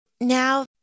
Now